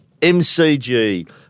MCG